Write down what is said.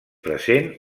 present